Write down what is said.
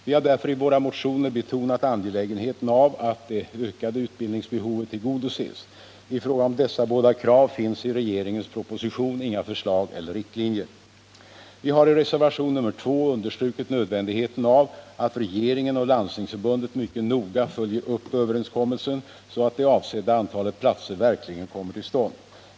Vi har därför i våra motioner betonat angelägenheten av att det ökade utbildningsbehovet tillgodoses. I fråga om dessa båda krav finns i regeringens proposition inga förslag eller riktlinjer. Vi hari reservation nr 2 understrukit nödvändigheten av att regeringen och Landstingsförbundet mycket noga följer upp överenskommelsen så att det avsedda antalet platser verkligen kommer till stånd.